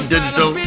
Digital